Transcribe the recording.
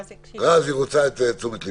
רז, היא רוצה את תשומת לבך.